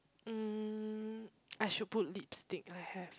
mm I should put lipstick I have